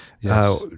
Yes